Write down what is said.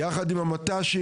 יחד עם המט"ש,